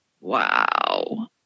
wow